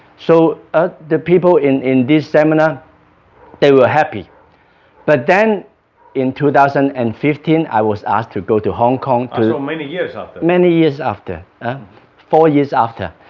so ah the people in in this seminar they were happy but then in two thousand and fifteen i was asked to go to hong kong ah so many years after? many years after four years after,